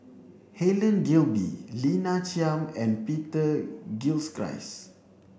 Helen Gilbey Lina Chiam and Peter Gilchrist